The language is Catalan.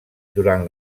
durant